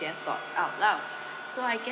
their thoughts out loud so I guess